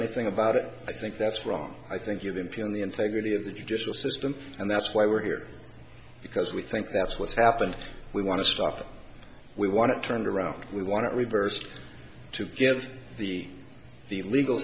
anything about it i think that's wrong i think you impugn the integrity of the judicial system and that's why we're here because we think that's what's happened we want to stop we want to turn it around we want to reverse to give the the legal